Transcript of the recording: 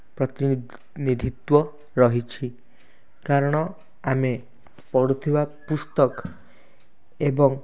ପ୍ରତିନିଧି ନିଧିତ୍ଵ ରହିଛି କାରଣ ଆମେ ପଢ଼ୁଥିବା ପୁସ୍ତକ ଏବଂ